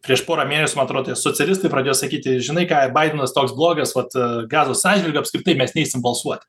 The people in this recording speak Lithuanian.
prieš porą mėnesių man atrod tie socialistai pradėjo sakyti žinai ką baidenas toks blogas vat gazos atžvilgiu apskritai mes neisim balsuoti